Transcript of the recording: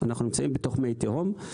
אנחנו נמצאים בתוך מי תהום.